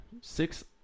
six